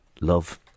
love